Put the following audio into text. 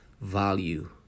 value